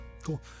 Cool